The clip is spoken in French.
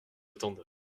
attendent